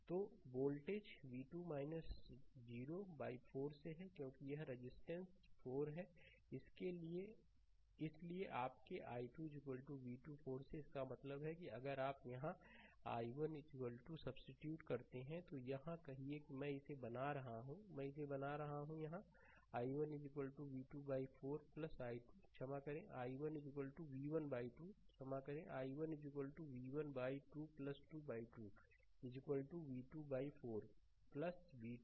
तो voltage 0 v2 0 4 से है क्योंकि यह रजिस्टेंस 4 है इसलिए आपके i2 v2 4 से इसका मतलब है कि अगर आप यहाँ i1 सब्सीट्यूट करते हैं तो यहाँ कहिए मैं इसे बना रहा हूँ मैं इसे बना रहा हूँ यहाँ i1 v2 by 4 i2 क्षमा करें i1 v1 by 2 क्षमा करें i1 v1 by 2 22 v2 by 4 v2 by 4 5